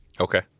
Okay